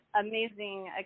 amazing